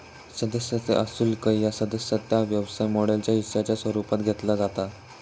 सदस्यता शुल्क ह्या सदस्यता व्यवसाय मॉडेलच्या हिश्शाच्या स्वरूपात घेतला जाता